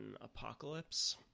Apocalypse